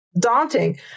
daunting